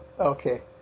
okay